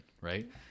right